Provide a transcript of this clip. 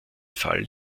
fall